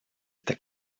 это